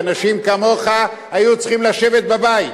כי אנשים כמוך היו צריכים לשבת בבית.